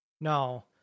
No